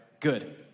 good